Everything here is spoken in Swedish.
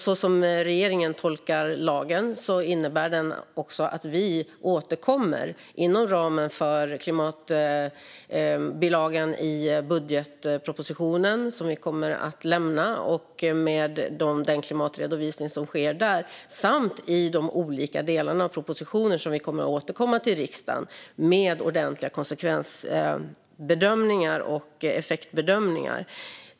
Så som regeringen tolkar lagen innebär det också att vi återkommer inom ramen för klimatbilagan i budgetpropositionen, som vi kommer att lämna över, och i den klimatredovisning som sker där samt i de olika propositioner som vi kommer att återkomma till riksdagen med. Där kommer det att finnas ordentliga konsekvens och effektbedömningar.